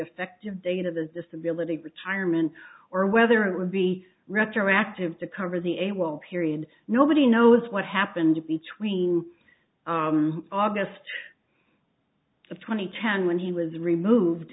effective date of the disability retirement or whether it would be retroactive to cover the a well period nobody knows what happened between august the twenty ten when he was removed